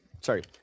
Sorry